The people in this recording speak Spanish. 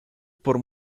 por